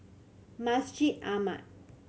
Masjid Ahmad